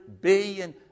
billion